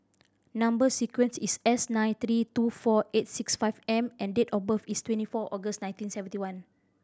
number sequence is S nine three two four eight six five M and date of birth is twenty four August nineteen seventy one